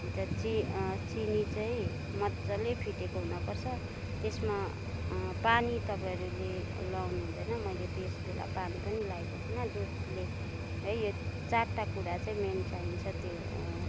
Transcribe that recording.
भित्र चिनी चाहिँ मज्जाले फिटिएको हुनपर्छ त्यसमा पानी तपाईँहरूले लाउनु हुँदैन मैले त्यस बेला पानी पनि लाएको थिइनँ दुधले है यो चारवटा कुरा चाहिँ मेन चाहिन्छ त्यो